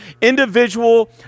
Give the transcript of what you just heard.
individual